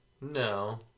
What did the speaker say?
No